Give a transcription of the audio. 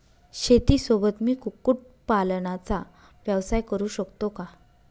शेतीसोबत मी कुक्कुटपालनाचा व्यवसाय करु शकतो का?